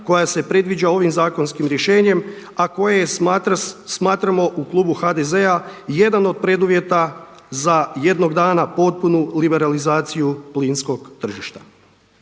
koja se predviđa ovim zakonskim rješenjem, a koje smatramo u klubu HDZ-a jedan od preduvjeta za jednog dana potpunu liberalizaciju plinskog tržišta.